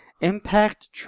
Impact